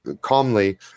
calmly